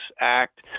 act